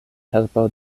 helpo